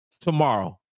tomorrow